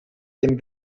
dem